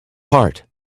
heart